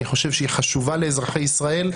אני חושב שהיא חשובה לאזרחי ישראל,